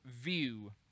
view